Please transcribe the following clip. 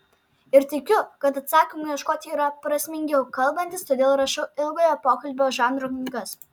ir tikiu kad atsakymų ieškoti yra prasmingiau kalbantis todėl rašau ilgojo pokalbio žanro knygas